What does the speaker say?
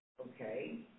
okay